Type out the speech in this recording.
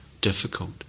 difficult